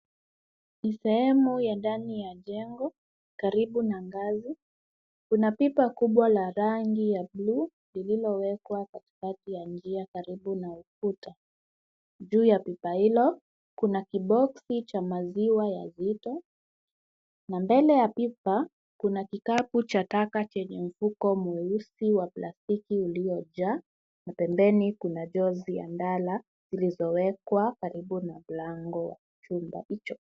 Ni sehemu ya ndani ya jengo karibu na ngazi. Kuna pipa kubwa la rangi ya blue lililowekwa katikati ya njia karibu na ukuta. Juu ya pipa hilo kuna kiboksi cha maziwa ya Vito na mbele ya pipa kuna kikapu cha taka chenye mfuko mweusi wa plastiki uliojaa na pembeni kuna jozi ya ndala zilizowekwa karibu na mlango wa chumba hicho.